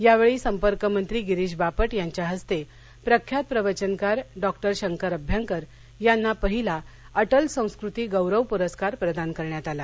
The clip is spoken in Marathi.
यावेळी संपर्क मंत्री गिरीश बापट यांच्या हस्ते प्रख्यात प्रवचनकार डॉक्टर शंकर अभ्यंकर यांना पहिला अटल संस्कृती गौरव पुरस्कार प्रदान करण्यात आला